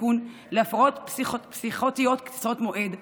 הסיכון להפרעות פסיכוטיות קצרות מועד,